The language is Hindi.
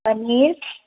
पनीर